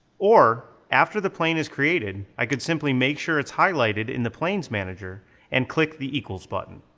or, after the plane is created, i could simply make sure it's highlighted in the planes manager and click the equals button.